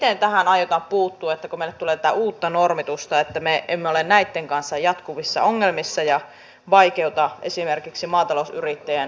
miten tähän aiotaan puuttua kun meille tulee uutta normitusta että me emme ole näitten kanssa jatkuvissa ongelmissa ja vaikeuta esimerkiksi maatalousyrittäjien toimeentuloa